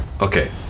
okay